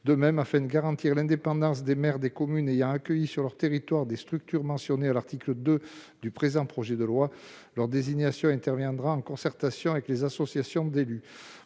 De même, la désignation des maires des communes ayant accueilli sur leur territoire des structures mentionnées à l'article 2 du présent projet de loi interviendra en concertation avec les associations d'élus,